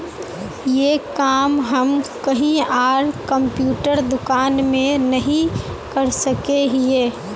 ये काम हम कहीं आर कंप्यूटर दुकान में नहीं कर सके हीये?